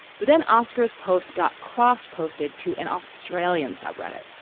but then oscars post got cross posted to an australian sub reddit,